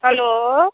hello